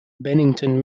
bennington